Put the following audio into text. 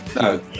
No